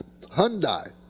Hyundai